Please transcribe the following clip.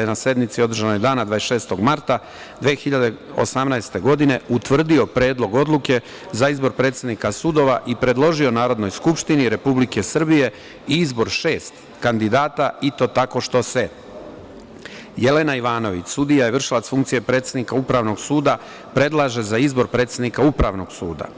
je na sednici održanoj dana 26. marta 2018. godine utvrdio predlog odluke za izbor predsednika sudova i predložio Narodnoj skupštini RS i izbor šest kandidata i to tako što se Jelena Ivanović, sudija i vršilac funkcije predsednika Upravnog suda predlaže za izbor predsednika Upravnog suda.